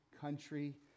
country